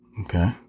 Okay